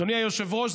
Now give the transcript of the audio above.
אדוני היושב-ראש,